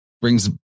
brings